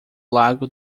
lago